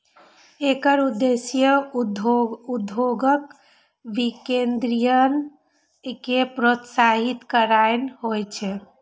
एकर उद्देश्य उद्योगक विकेंद्रीकरण कें प्रोत्साहित करनाय होइ छै